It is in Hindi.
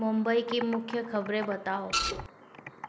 मुंबई की मुख्य खबरें बताओ